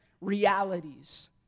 realities